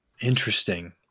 Interesting